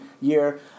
year